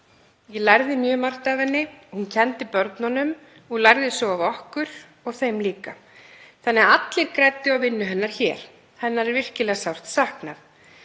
ég lærði mjög margt af henni. Hún kenndi börnunum og lærði svo af okkur og þeim líka. Þannig að allir græddu á vinnu hennar hér. Hennar er virkilega sárt saknað.“